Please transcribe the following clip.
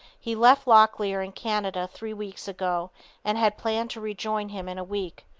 he left locklear in canada three weeks ago and had planned to rejoin him in a week.